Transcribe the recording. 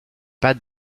pas